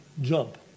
jump